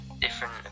different